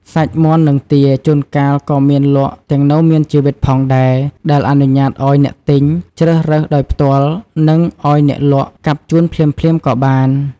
សាច់មាន់ និងទា ជួនកាលក៏មានលក់ទាំងនៅមានជីវិតផងដែរ ដែលអនុញ្ញាតឲ្យអ្នកទិញជ្រើសរើសដោយផ្ទាល់ និងឲ្យអ្នកលក់កាប់ជូនភ្លាមៗក៏បាន។